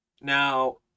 now